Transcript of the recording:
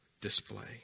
display